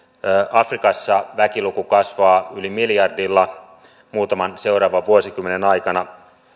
afrikassa väkiluku kasvaa yli miljardilla muutaman seuraavan vuosikymmenen aikana